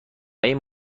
این